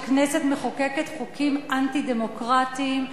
כשכנסת מחוקקת חוקים אנטי-דמוקרטיים,